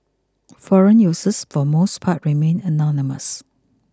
forum users for most parts remain anonymous